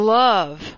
love